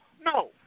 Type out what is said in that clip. No